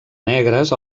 negres